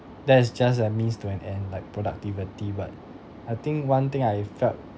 that is just a means to an end like productivity but I think one thing I felt